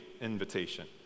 invitation